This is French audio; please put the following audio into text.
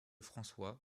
françois